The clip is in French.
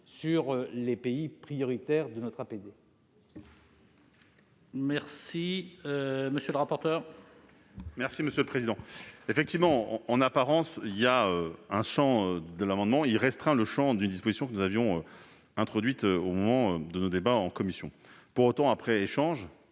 sur les pays prioritaires de notre APD.